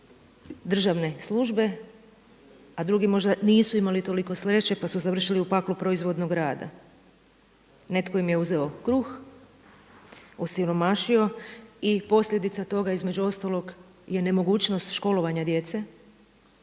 državne službe, a drugi možda nisu imali toliko sreće pa su završili u paklu proizvodnog rada. Netko im je uzeo kruh, osiromašio i posljedica toga između ostalog je nemogućnost školovanja djece,